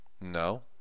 No